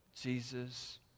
Jesus